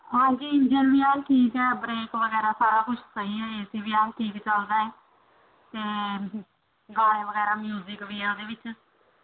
ਹਾਂਜੀ ਇੰਜਣ ਵੀ ਠੀਕ ਹੈ ਬਰੇਕ ਵਗੈਰਾ ਸਾਰਾ ਕੁਛ ਸਹੀ ਹੈ ਏ ਸੀ ਵੀ ਠੀਕ ਚੱਲਦਾ ਹੈ ਅਤੇ ਗਾਣੇ ਵਗੈਰਾ ਮਿਊਜ਼ਿਕ ਵੀ ਹੈ ਉਹਦੇ ਵਿੱਚ